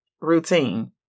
routine